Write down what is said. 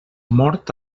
mort